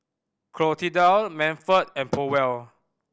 Clotilda Manford and Powell